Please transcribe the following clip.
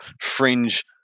fringe